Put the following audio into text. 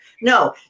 No